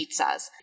pizzas